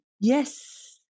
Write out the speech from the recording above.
yes